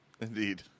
Indeed